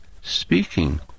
speaking